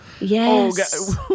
Yes